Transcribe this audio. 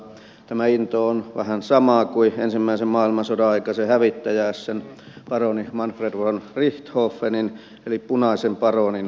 tämä into on vähän samaa kuin ensimmäisen maailmansodan aikaisen hävittäjä ässän paroni manfred von richthofenin eli punaisen paronin taistelutahto